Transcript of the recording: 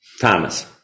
Thomas